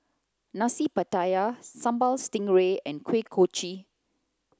nasi pattaya sambal stingray and kuih kochi